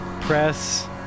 Press